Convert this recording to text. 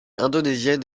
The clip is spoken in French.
indonésienne